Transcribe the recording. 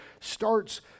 starts